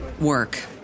work